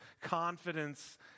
confidence